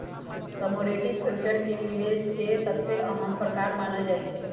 commodity future के निवेश के सबसे अहम प्रकार मानल जाहई